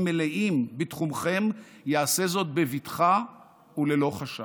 מלאים בתחומכם יעשה זאת בבטחה וללא חשש.